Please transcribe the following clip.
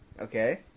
Okay